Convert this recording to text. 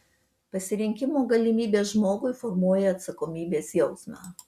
pasirinkimo galimybė žmogui formuoja atsakomybės jausmą